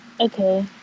Okay